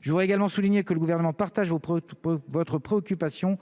je voudrais également souligner que le gouvernement partage au votre préoccupation